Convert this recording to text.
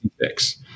fix